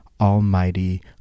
almighty